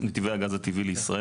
נתיבי הגז הטבעי לישראל,